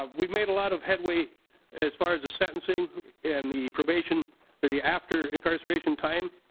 um we made a lot of headway as far as a sentencing in the probation for the after incarceration time.